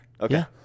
Okay